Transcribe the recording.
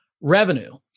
revenue